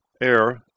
Air